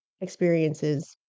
experiences